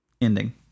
ending